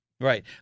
Right